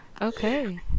Okay